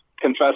confess